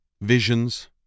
Visions